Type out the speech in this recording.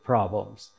Problems